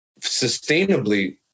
sustainably